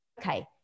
okay